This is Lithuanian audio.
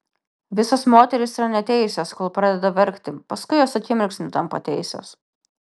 visos moterys yra neteisios kol pradeda verkti paskui jos akimirksniu tampa teisios